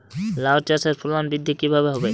লাউ চাষের ফলন বৃদ্ধি কিভাবে হবে?